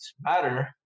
matter